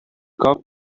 cup